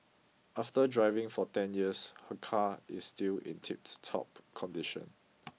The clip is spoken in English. after driving for ten years her car is still in tiptop condition